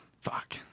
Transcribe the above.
Fuck